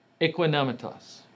Equanimitas